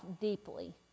deeply